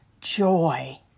joy